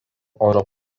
oro